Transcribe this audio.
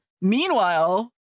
meanwhile